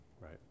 right